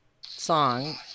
song